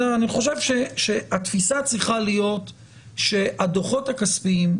אני חושב שהתפיסה צריכה להיות שהדוחות הכספיים,